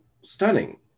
stunning